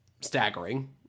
staggering